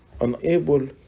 unable